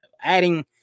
adding –